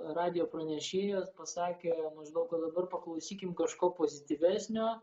radijo pranešėjas pasakė maždaug kad dabar paklausykim kažko pozityvesnio